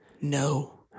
No